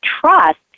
trust